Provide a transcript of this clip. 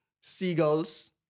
seagulls